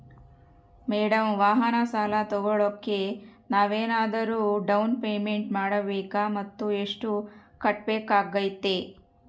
Madam ವಾಹನ ಸಾಲ ತೋಗೊಳೋಕೆ ನಾವೇನಾದರೂ ಡೌನ್ ಪೇಮೆಂಟ್ ಮಾಡಬೇಕಾ ಮತ್ತು ಎಷ್ಟು ಕಟ್ಬೇಕಾಗ್ತೈತೆ?